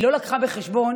היא לא לקחה בחשבון